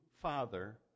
Father